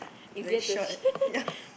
easier to